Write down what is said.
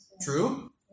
True